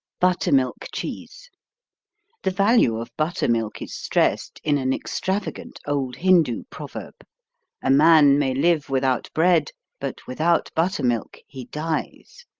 buttermilk cheese the value of buttermilk is stressed in an extravagant old hindu proverb a man may live without bread, but without buttermilk he dies.